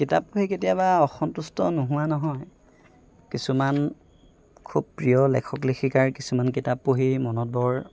কিতাপ লৈ কেতিয়াবা অসন্তুষ্ট নোহোৱা নহয় কিছুমান খুব প্ৰিয় লেখক লেখিকাৰ কিছুমান কিতাপ পঢ়ি মনত বৰ